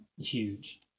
Huge